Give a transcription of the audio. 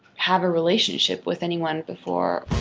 have a relationship with anyone before